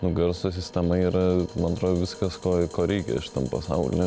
nu garso sistema yra man atrodo viskas ko ko reikia šitam pasauly